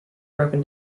broken